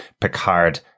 Picard